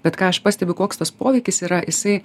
bet ką aš pastebiu koks tas poveikis yra jisai